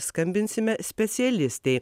skambinsime specialistei